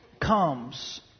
comes